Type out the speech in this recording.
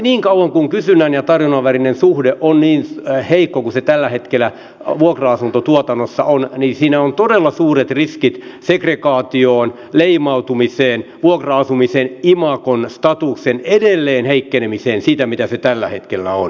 niin kauan kuin kysynnän ja tarjonnan välinen suhde on niin heikko kuin se tällä hetkellä vuokra asuntotuotannossa on siinä on todella suuret riskit segregaatioon leimautumiseen vuokra asumisen imagon statuksen edelleenheikkenemiseen siitä mitä se tällä hetkellä on